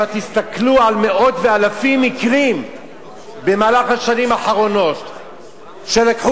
אבל תסתכלו על מאות ואלפי מקרים בשנים האחרונות שלקחו